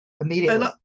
immediately